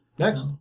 next